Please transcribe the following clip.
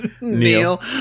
Neil